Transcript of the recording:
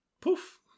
poof